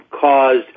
caused